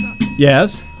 Yes